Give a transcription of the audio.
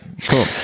cool